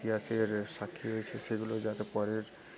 ইতিহাসের সাক্ষী হয়েছে সেগুলো যাতে পরের